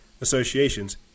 associations